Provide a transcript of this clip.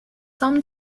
some